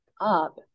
up